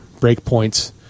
breakpoints